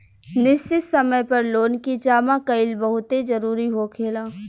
निश्चित समय पर लोन के जामा कईल बहुते जरूरी होखेला